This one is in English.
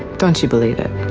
don't you believe it.